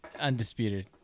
undisputed